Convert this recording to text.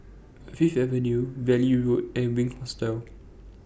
Fifth Avenue Valley Road and Wink Hostel